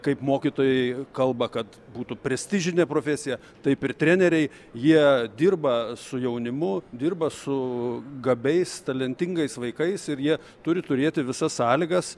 kaip mokytojai kalba kad būtų prestižinė profesija taip ir treneriai jie dirba su jaunimu dirba su gabiais talentingais vaikais ir jie turi turėti visas sąlygas